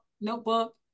notebook